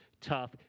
tough